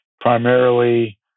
primarily